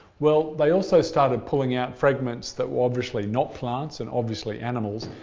well, they also started pulling out fragments that were obviously not plants and obviously animals,